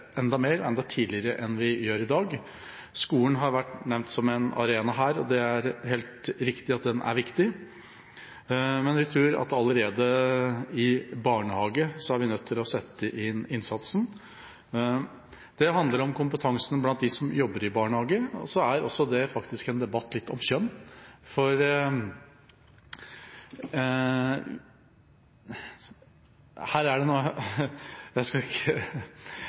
enda mer og enda tidligere enn vi gjør i dag. Skolen har vært nevnt som en arena her, og det er helt riktig at den er viktig. Men vi tror at vi allerede i barnehagen er nødt til å sette inn innsatsen. Det handler om kompetansen blant dem som jobber i barnehagen, og så er det faktisk litt en debatt om kjønn. Det er viktig ikke å bomme på betegnelsene på akkurat dette, men det